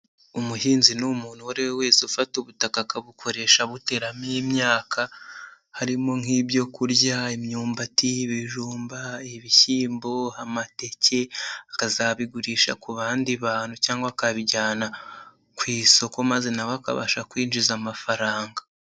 Umuhinzi ni umuntu uwo ari we wese ufata ubutaka akabukoresha abuteramo imyaka, harimo nk'ibyo kurya, imyumbati, ibijumba, ibishyimbo, amateke akazabigurisha ku bandi bantu cyangwa akabijyana ku isoko, maze na we akabasha kwinjiza amafaranga.